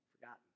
Forgotten